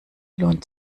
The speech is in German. lohnt